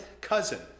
cousin